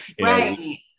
Right